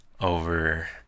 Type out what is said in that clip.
Over